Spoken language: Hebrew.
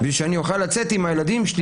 -- בשביל שאני אוכל לצאת עם הילדים שלי